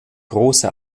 große